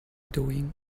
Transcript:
doing